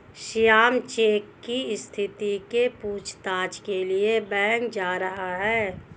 Shyam cheque की स्थिति के पूछताछ के लिए बैंक जा रहा है